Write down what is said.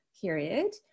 period